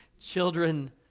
Children